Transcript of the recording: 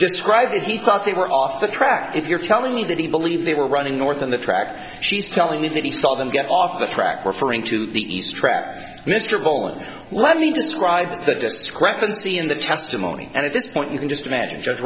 described it he thought they were off the track if you're telling me that he believed they were running north on the track she's telling me that he saw them get off the track referring to the east track mr bolen let me describe the discrepancy in the testimony and at this point you can just imagine judge